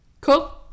Cool